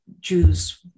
Jews